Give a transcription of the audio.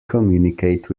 communicate